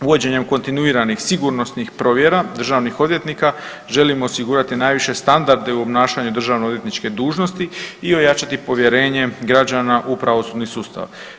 Uvođenjem kontinuiranih sigurnosnih provjera državnih odvjetnika želimo osigurati najviše standarde u obnašanju državno odvjetničke dužnosti i ojačati povjerenje građana u pravosudni sustav.